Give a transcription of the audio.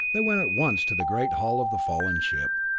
they went at once to the great hull of the fallen ship.